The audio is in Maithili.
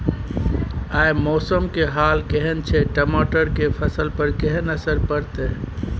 आय मौसम के हाल केहन छै टमाटर के फसल पर केहन असर परतै?